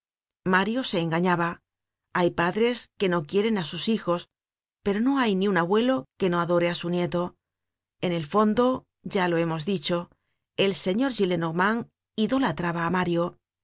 mario se engañaba hay padres que no quieren á sus hijos pero no hay ni un abuelo que no adore á su nieto en el fondo ya lo hemos dicho el señor gillenormand idolatraba á mario